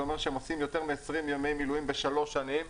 זה אומר שהם עושים יותר מ-20 ימי מילואים בשלוש שנים.